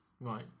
Right